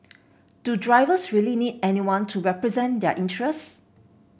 do drivers really need anyone to represent their interests